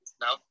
now